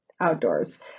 outdoors